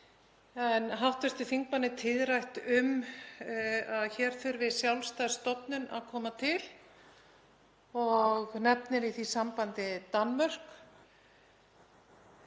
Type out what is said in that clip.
fram. Hv. þingmanni er tíðrætt um að hér þurfi sjálfstæð stofnun að koma til og nefnir í því sambandi Danmörku.